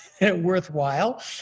worthwhile